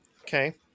okay